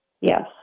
Yes